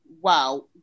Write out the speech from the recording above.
wow